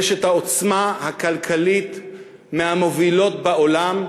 יש עוצמה כלכלית מהמובילות בעולם,